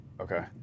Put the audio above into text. Okay